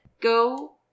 go